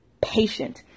patient